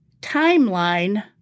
timeline